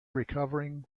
recovering